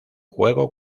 juego